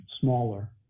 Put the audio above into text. smaller